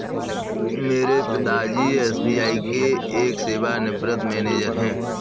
मेरे पिता जी एस.बी.आई के एक सेवानिवृत मैनेजर है